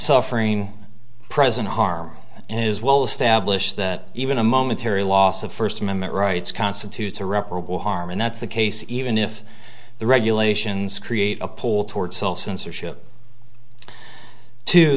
suffering prison harm and it is well established that even a momentary loss of first amendment rights constitutes a reparable harm and that's the case even if the regulations create a pull towards self censorship too